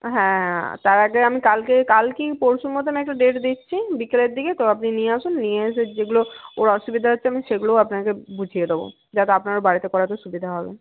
হ্যাঁ তার আগে আমি কালকেই কাল কি পরশুর মধ্যে আমি একটা ডেট দিচ্ছি বিকেলের দিকে তো আপনি নিয়ে আসুন নিয়ে এসে যেগুলো ওর অসুবিধা হচ্ছে আমি সেগুলো আপনাকে বুঝিয়ে দেব যাতে আপনারও বাড়িতে করাতে সুবিধা হবে